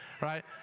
right